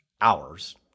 hours